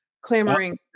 clamoring